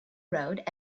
road